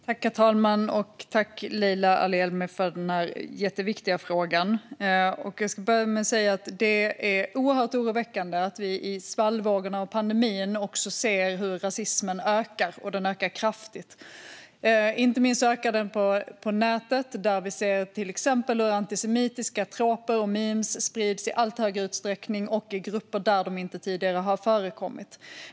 Herr talman! Tack, Leila Ali-Elmi, för den här jätteviktiga frågan! Jag ska börja med att säga att det är oerhört oroväckande att vi i svallvågorna av pandemin ser hur rasismen ökar och att den ökar kraftigt. Inte minst ökar den på nätet där vi till exempel ser hur antisemitiska troper och mem sprids i allt större utsträckning och i grupper där de inte tidigare har förekommit.